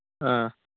ꯑꯥ